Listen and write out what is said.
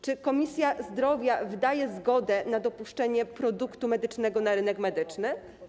Czy Komisja Zdrowia wydaje zgodę na dopuszczenie produktu medycznego na rynek medyczny?